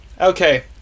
okay